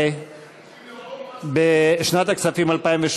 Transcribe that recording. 1 של